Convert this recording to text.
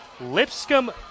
Lipscomb